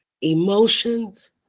emotions